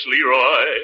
Leroy